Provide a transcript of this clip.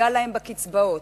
רצינו להכניס את המוגבלים,